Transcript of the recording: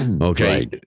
Okay